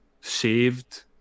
saved